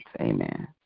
Amen